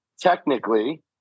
technically